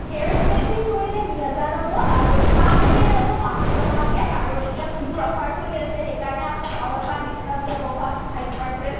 hair straightening কৰিলে দুহেজাৰ হ'ব আৰু স্পা কৰিলে ল'ব পাঁচশ টকাকৈ আৰু এতিয়া বিহুৰ অফাৰ চলি আছে সেইকাৰণে আপোনাক অলপমান ডিছকাউণ্ট দিয়া হ'ব পাঁচ ফাইভ পাৰ্চেণ্ট